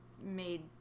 made